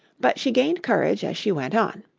but she gained courage as she went on.